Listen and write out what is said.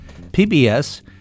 PBS